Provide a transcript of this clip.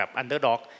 underdog